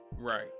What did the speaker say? Right